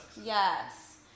Yes